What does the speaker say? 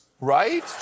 Right